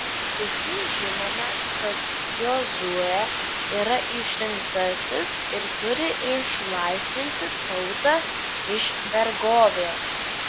visi žinome kad jozuė yra išrinktasis ir turi išlaisvinti tautą iš vergovės